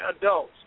adults